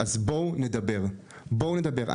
ה- Reference הטוב ביותר הוא החברה שלכם,